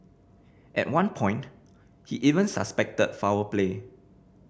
at one point he even suspected foul play